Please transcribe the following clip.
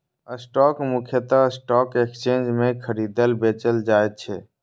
stock मुख्यतः stock exchange मे खरीदल, बेचल जाइ छै